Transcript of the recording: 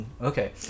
Okay